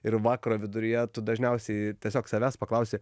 ir vakaro viduryje tu dažniausiai tiesiog savęs paklausi